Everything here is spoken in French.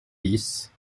dix